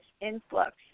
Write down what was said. influx